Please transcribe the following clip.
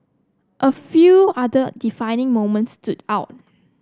a few other defining moments stood out